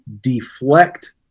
deflect